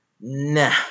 nah